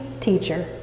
teacher